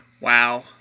wow